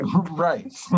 right